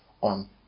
on